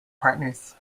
partners